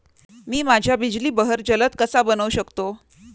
मी माझ्या बिजली बहर जलद कसा बनवू शकतो?